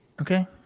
Okay